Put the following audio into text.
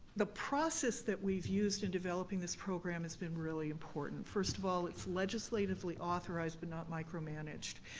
the process that we've used in developing this program has been really important. first of all, it's legislatively authorized but not micromanaged.